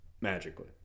magically